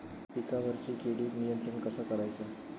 पिकावरची किडीक नियंत्रण कसा करायचा?